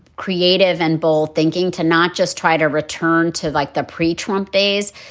creative and bold thinking to not just try to return to like the pre trump days,